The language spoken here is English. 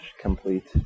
complete